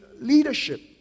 leadership